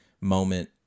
moment